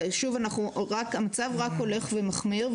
המצב רק הולך ומחמיר,